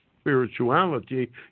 spirituality